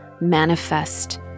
manifest